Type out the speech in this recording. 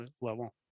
level